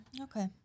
okay